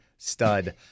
stud